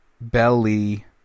belly